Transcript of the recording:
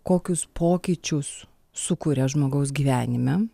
kokius pokyčius sukuria žmogaus gyvenime